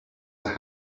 are